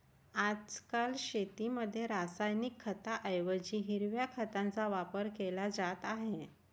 आजकाल शेतीमध्ये रासायनिक खतांऐवजी हिरव्या खताचा वापर केला जात आहे